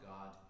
God